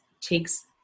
takes